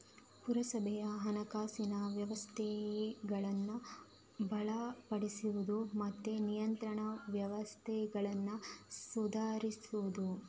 ಪುರಸಭೆಯ ಹಣಕಾಸಿನ ವ್ಯವಸ್ಥೆಗಳನ್ನ ಬಲಪಡಿಸುದು ಮತ್ತೆ ನಿಯಂತ್ರಣ ವ್ಯವಸ್ಥೆಗಳನ್ನ ಸುಧಾರಿಸುದು